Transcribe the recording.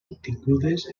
obtingudes